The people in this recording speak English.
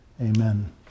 Amen